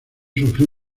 sufrió